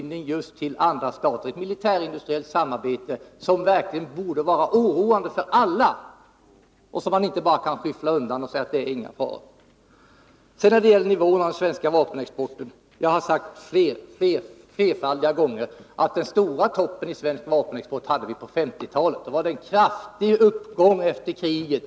Det är fråga om ett militärt industriellt samarbete som verkligen borde oroa alla och som man inte bara kan skyffla undan och säga att det är ingen fara. Jag har sagt flerfaldiga gånger att den stora toppen i svensk vapenexport hade vi på 1950-talet. Det blev en kraftig uppgång efter kriget.